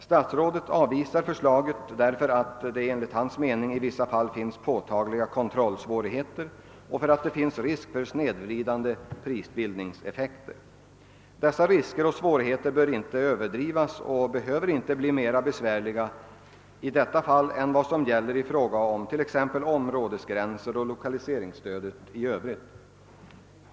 Statsrådet avvisar förslaget därför att det enligt hans mening i vissa fall blir påtagliga kontrollsvårigheter och därför att det finns risk för snedvridande prisbildningseffekter. Dessa risker och svårigheter bör emellertid inte överdrivas — de behöver inte bli mera besvärliga än när det gäller t.ex. områdesgränserna och lokaliseringsstödet i övrigt.